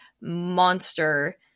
monster